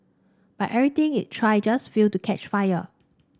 but everything it tried just failed to catch fire